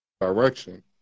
direction